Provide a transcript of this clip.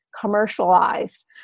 commercialized